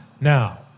Now